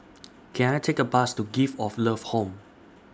Can I Take A Bus to Gift of Love Home